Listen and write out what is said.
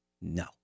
No